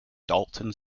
dalton